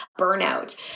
burnout